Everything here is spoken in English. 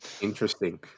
Interesting